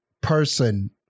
person